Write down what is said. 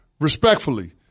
respectfully